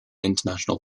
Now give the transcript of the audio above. international